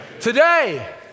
Today